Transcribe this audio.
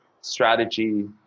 strategy